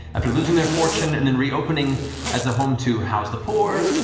after losing their fortune and then reopening as a home to house the poor,